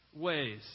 ways